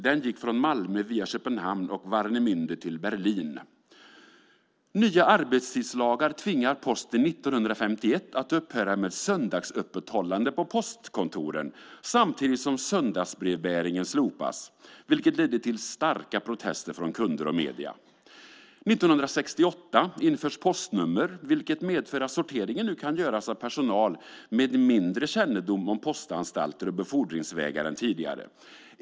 Den gick från Malmö via Köpenhamn och Warnemünde till Berlin. Nya arbetstidslagar tvingar 1951 Posten att upphöra med söndagsöppethållande på postkontoren samtidigt som söndagsbrevbäringen slopas - något som ledde till starka protester från kunder och i medier. År 1968 införs postnummer vilket medför att sorteringen nu kan göras av personal med mindre kännedom om postanstalter och befordringsvägar än tidigare.